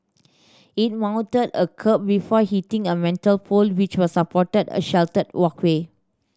it mounted a kerb before hitting a metal pole which was supporting a sheltered walkway